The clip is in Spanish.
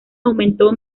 aumentó